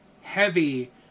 heavy